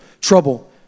trouble